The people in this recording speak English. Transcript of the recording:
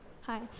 hi